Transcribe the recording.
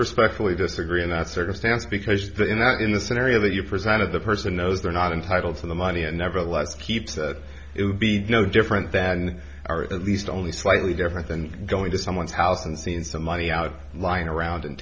respectfully disagree in that circumstance because in the scenario that you presented the person knows they're not entitled to the money and nevertheless keeps that it would be no different than or at least only slightly different than going to someone's house and seen some money out lying around and